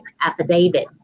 affidavit